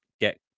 get